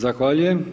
Zahvaljujem.